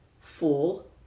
full